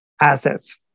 assets